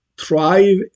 thrive